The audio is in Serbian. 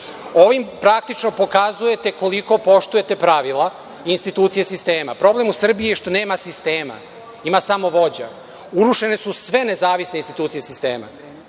Ovim praktično pokazujete koliko poštujete pravila institucije sistema. Problem u Srbiji je što nema sistema, ima samo vođa. Urušene su sve nezavisne institucije sistema.